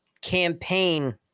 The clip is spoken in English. campaign